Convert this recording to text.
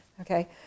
Okay